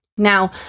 Now